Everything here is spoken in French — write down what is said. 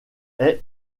est